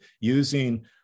using